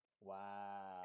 Wow